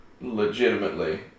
legitimately